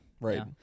Right